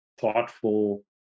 thoughtful